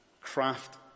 craft